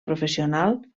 professional